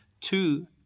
two